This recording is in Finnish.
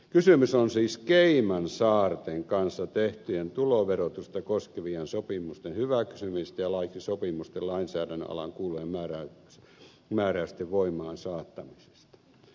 kysymys on siis caymansaarten kanssa tehtyjen tuloverotusta koskevien sopimusten hyväksymisestä ja laiksi sopimusten lainsäädännön alaan kuuluvien määräysten voimaansaattamisesta